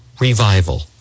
Revival